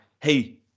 Hey